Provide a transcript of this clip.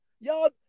Y'all